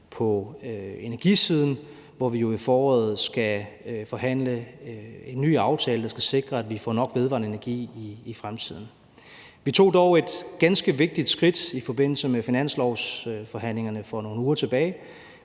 på energisiden, hvor vi jo til foråret skal forhandle en ny aftale, der skal sikre, at vi får nok vedvarende energi i fremtiden. Vi tog dog et ganske vigtigt skridt i forbindelse med finanslovsforhandlingerne for nogle uger tilbage,